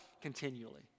continually